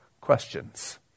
questions